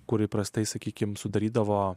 kuri prastai sakykime sudarydavo